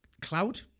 Cloud